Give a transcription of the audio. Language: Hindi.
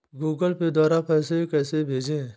गूगल पे द्वारा पैसे कैसे भेजें?